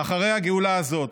אחר הגאולה הזאת,